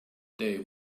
day